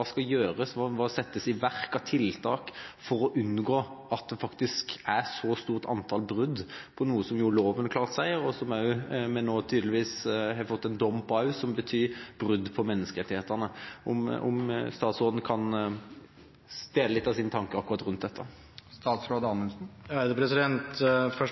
det faktisk er et så stort antall brudd på noe som klart framgår av loven, og der vi nå tydeligvis også har fått en dom som betyr at det er brudd på menneskerettighetene? Kan statsråden dele noen av sine tanker rundt dette? Først